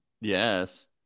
Yes